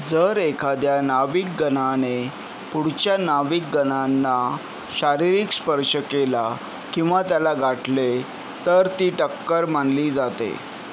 जर एखाद्या नाविकगणाने पुढच्या नाविकगणांना शारीरिक स्पर्श केला किंवा त्याला गाठले तर ती टक्कर मानली जाते